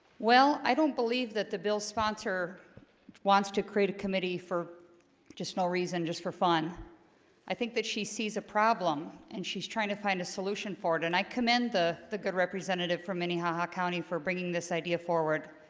well i don't believe that the bill sponsor wants to create a committee for just no reason just for fun i think that she sees a problem, and she's trying to find a solution for it, and i commend the the good representative from minnehaha county for bringing this idea forward